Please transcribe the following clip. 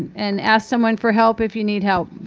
and ask someone for help if you need help.